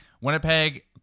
Winnipeg